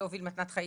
ברוך השם, מתנת חיים.